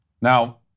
Now